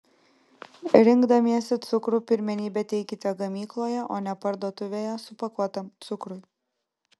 rinkdamiesi cukrų pirmenybę teikite gamykloje o ne parduotuvėje supakuotam cukrui